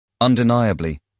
Undeniably